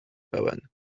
pełen